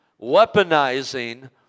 weaponizing